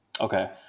Okay